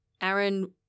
Aaron